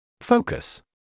Focus